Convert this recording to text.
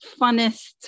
funnest